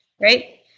right